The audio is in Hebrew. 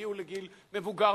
הגיעו לגיל מבוגר,